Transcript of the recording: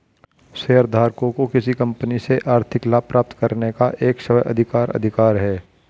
शेयरधारकों को किसी कंपनी से आर्थिक लाभ प्राप्त करने का एक स्व अधिकार अधिकार है